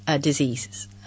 Diseases